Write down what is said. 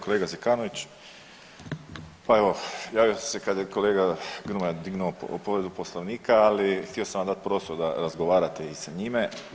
Kolega Zekanović pa evo javio sam se kada je kolega Grmoja dignuo povredu Poslovnika, ali htio sam vam dati prostor da razgovarate i sa njime.